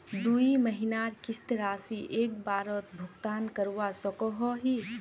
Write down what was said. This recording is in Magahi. दुई महीनार किस्त राशि एक बारोत भुगतान करवा सकोहो ही?